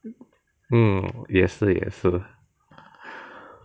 mm 也是也是